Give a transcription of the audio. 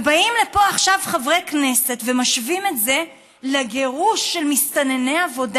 באים לפה עכשיו חברי כנסת ומשווים את זה לגירוש של מסתנני עבודה?